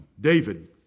David